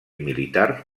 militar